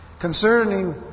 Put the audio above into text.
Concerning